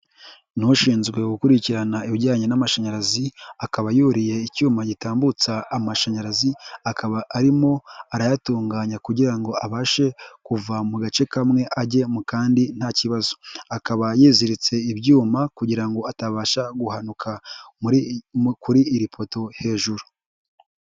Ni ushinzwe gukurikirana ibijyanye n'amashanyarazi, akaba yuriye icyuma gitambutsa amashanyarazi, akaba arimo arayatunganya kugira ngo abashe kuva mu gace kamwe ajyemo kandi nta kibazo, akaba yiziritse ibyuma kugira ngo atabasha guhanuka kuri iri poto hejuru.